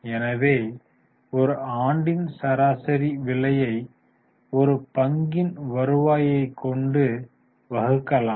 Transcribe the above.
எனவே ஒரு ஆண்டின் சராசரி விலையை ஒரு பங்கின் வருவாயை கொண்டு வகுக்கலாம்